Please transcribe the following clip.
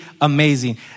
amazing